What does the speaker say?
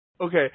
Okay